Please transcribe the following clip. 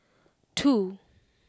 two